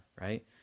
right